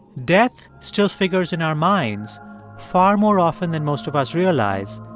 death still figures in our minds far more often than most of us realize,